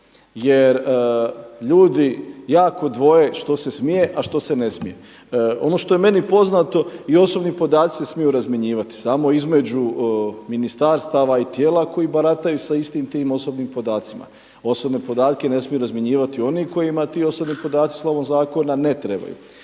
Jer ljudi jako dvoje što se smije, a što se ne smije. Ono što je meni poznato i osobni podaci se smiju razmjenjivati samo između ministarstava i tijela koji barataju sa istim tim osobnim podacima. Osobne podatke ne smiju razmjenjivati oni kojima ti osobni podaci slovom zakona ne trebaju.